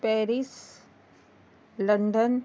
Paris London